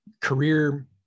career